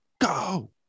go